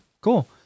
Cool